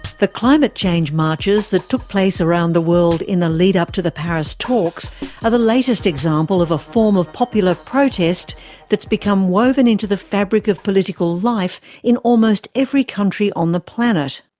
the climate change marches that took place around the world in the lead-up to the paris talks are the latest example of a form of popular protest that has become woven into the fabric of political life in almost every country on the planet.